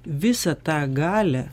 visą tą galią